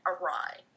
awry